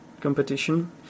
competition